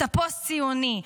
אתה פוסט-ציוני,